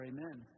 Amen